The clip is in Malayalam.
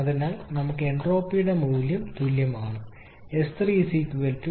അതിനാൽ നമുക്ക് എൻട്രോപ്പിയുടെ മൂല്യം തുല്യമാണ് s3 6